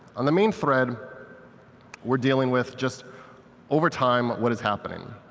on the main thread we're dealing with just over time what is happening.